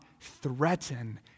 threaten